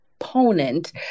Opponent